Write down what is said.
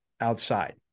outside